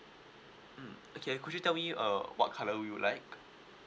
mm okay could you tell me uh what colour would you like